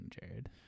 jared